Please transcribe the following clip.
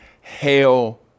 hail